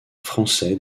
français